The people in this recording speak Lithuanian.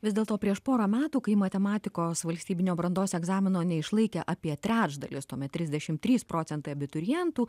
vis dėlto prieš pora metų kai matematikos valstybinio brandos egzamino neišlaikė apie trečdalis tuomet trisdešim trys procentai abiturientų